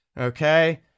Okay